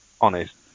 honest